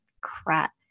crap